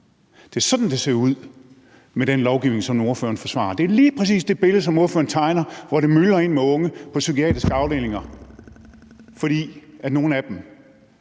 Det er sådan, det ser ud med den lovgivning, som ordføreren forsvarer. Det er lige præcis det billede, som ordføreren tegner, hvor det myldrer ind med unge på psykiatriske afdelinger, fordi nogle af dem